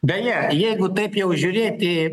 beje jeigu taip jau žiūrėti